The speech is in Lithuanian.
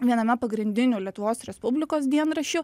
viename pagrindinių lietuvos respublikos dienraščių